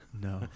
No